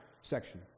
section